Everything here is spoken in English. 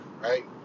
right